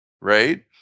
right